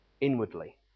inwardly